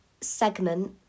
segment